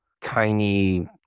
tiny